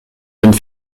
jeune